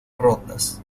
rondas